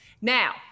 Now